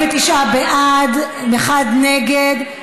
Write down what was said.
49 בעד, אחד נגד.